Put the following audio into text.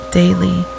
daily